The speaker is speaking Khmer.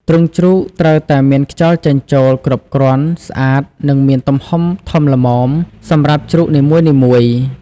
ទ្រុងជ្រូកត្រូវតែមានខ្យល់ចេញចូលគ្រប់គ្រាន់ ស្អាត និងមានទំហំធំល្មមសម្រាប់ជ្រូកនីមួយៗ។